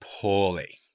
poorly